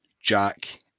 Jack